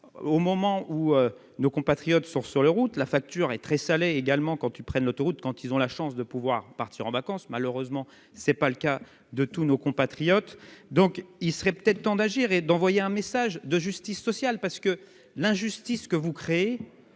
au moment où nos compatriotes sont sur les routes, la facture est très salée également quand ils prennent l'autoroute quand ils ont la chance de pouvoir partir en vacances, malheureusement c'est pas le cas de tous nos compatriotes, donc il serait peut-être temps d'agir et d'envoyer un message de justice sociale, parce que l'injustice que vous créez,